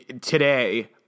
Today